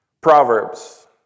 Proverbs